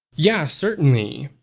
yeah, certainly.